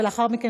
ולאחר מכן,